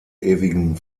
ewigen